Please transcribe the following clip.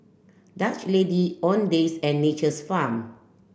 Dutch Lady Owndays and Nature's Farm